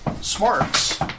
smarts